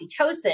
oxytocin